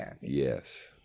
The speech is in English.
yes